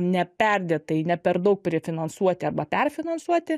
neperdėtai ne per daug prifinansuoti arba perfinansuoti